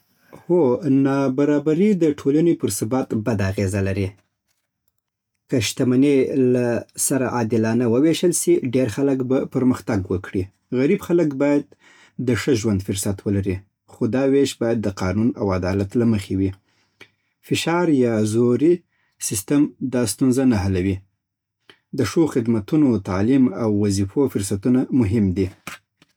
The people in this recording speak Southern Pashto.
هو، نابرابري د ټولنې پر ثبات بده اغېزه لري. که شتمني له سره عادلانه وویشل سي، ډېر خلک به پرمختګ وکړي. غریب خلک باید د ښه ژوند فرصت ولري. خو دا ویش باید د قانون او عدالت له مخې وي. فشار یا زوری سیستم دا ستونزه نه حلوي. د ښو خدمتونو، تعلیم او وظیفو فرصتونه مهم دي